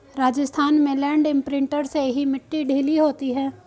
राजस्थान में land imprinter से ही मिट्टी ढीली होती है